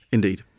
Indeed